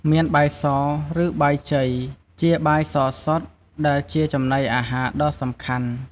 មានបាយស ឬ បាយជ័យ ជាបាយសសុទ្ធ ដែលជាចំណីអាហារដ៏សំខាន់។